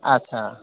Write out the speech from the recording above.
आस्सा